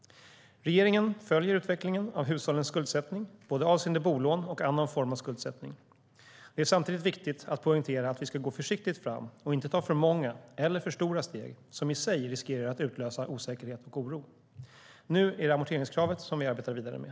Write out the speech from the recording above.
Regeringen följer utvecklingen av hushållens skuldsättning både avseende bolån och annan form av skuldsättning. Det är samtidigt viktigt att poängtera att vi ska gå försiktigt fram och inte ta för många eller för stora steg som i sig riskerar att utlösa osäkerhet och oro. Nu är det amorteringskravet som vi arbetar vidare med.